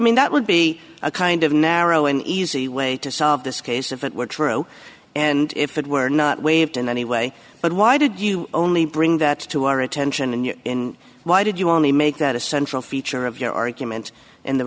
mean that would be a kind of narrow an easy way to solve this case if it were true and if it were not waved in any way but why did you only bring that to our attention and why did you only make that a central feature of your argument and the